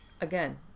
again